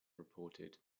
reported